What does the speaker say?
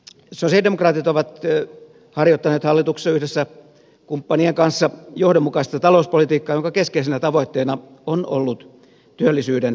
sosialidemokraatit ovat harjoittaneet hallituksessa yhdessä kumppanien kanssa johdonmukaista talouspolitiikkaa jonka keskeisenä tavoitteena on ollut työllisyyden edistäminen